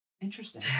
interesting